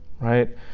right